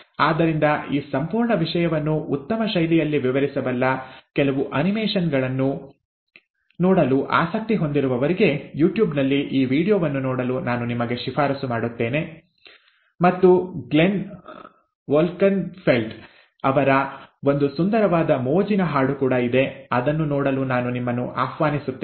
ಆದ್ದರಿಂದ ಈ ಸಂಪೂರ್ಣ ವಿಷಯವನ್ನು ಉತ್ತಮ ಶೈಲಿಯಲ್ಲಿ ವಿವರಿಸಬಲ್ಲ ಕೆಲವು ಅನಿಮೇಷನ್ಗಳನ್ನು ನೋಡಲು ಆಸಕ್ತಿ ಹೊಂದಿರುವವರಿಗೆ ಯೂಟ್ಯೂಬ್ನಲ್ಲಿ ಈ ವೀಡಿಯೋವನ್ನು ನೋಡಲು ನಾನು ನಿಮಗೆ ಶಿಫಾರಸು ಮಾಡುತ್ತೇವೆ ಮತ್ತು ಗ್ಲೆನ್ ವೊಲ್ಕೆನ್ಫೆಲ್ಡ್ ಅವರ ಒಂದು ಸುಂದರವಾದ ಮೋಜಿನ ಹಾಡು ಕೂಡ ಇದೆ ಅದನ್ನು ನೋಡಲು ನಾನು ನಿಮ್ಮನ್ನು ಆಹ್ವಾನಿಸುತ್ತೇನೆ